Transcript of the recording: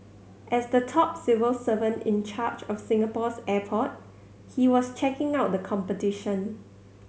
as the top civil servant in charge of Singapore's airport he was checking out the competition